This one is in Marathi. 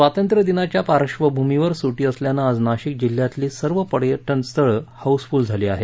स्वातंत्र्य दिनाच्या पार्श्वभूमीवर सुटी असल्यानं आज नाशिक जिल्ह्यातली सर्व पर्यटन स्थळं हाऊस फुल्ल झाली आहेत